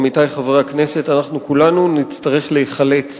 עמיתי חברי הכנסת: אנחנו כולנו נצטרך להיחלץ